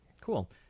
cool